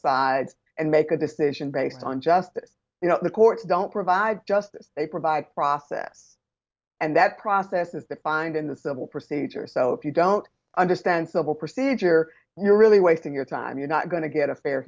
sides and make a decision based on just that the courts don't provide justice they provide process and that process is defined in the civil procedure so if you don't understand civil procedure you're really wasting your time you're not going to get a fair